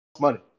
money